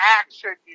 action